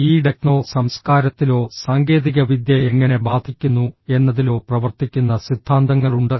ഈ ടെക്നോ സംസ്കാരത്തിലോ സാങ്കേതികവിദ്യ എങ്ങനെ ബാധിക്കുന്നു എന്നതിലോ പ്രവർത്തിക്കുന്ന സിദ്ധാന്തങ്ങളുണ്ട്